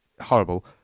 Horrible